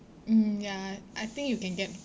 mm ya I think you can get